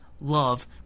love